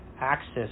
access